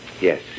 Yes